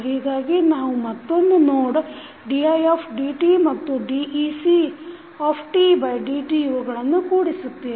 ಹೀಗಾಗಿ ನಾವು ಮತ್ತೊಂದು ನೋಡ್ didt ಮತ್ತು decdt ಇವುಗಳನ್ನು ಕೂಡಿಸುತ್ತೇವೆ